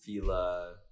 Fila